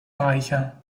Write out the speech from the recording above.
reicher